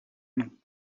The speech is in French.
nom